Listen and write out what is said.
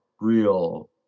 real